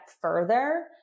further